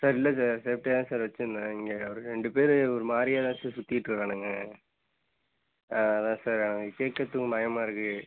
sir இல்ல sir சேஃப்டியாக தான் சார் வச்சிருந்தேன் இங்கே ஒரு ரெண்டு பேர் ஒரு மாதிரியா தான் சார் சுற்றிட்ருக்கானுங்க ஆ அதான் சார் எனக்கு கேட்கறத்துக்கும் பயமாக இருக்கு